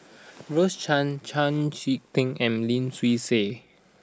Rose Chan Chau Sik Ting and Lim Swee Say